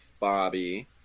Bobby